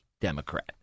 Democrat